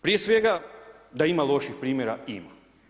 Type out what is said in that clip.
Prije svega da ima loših primjera ima.